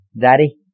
Daddy